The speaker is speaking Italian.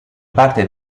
parte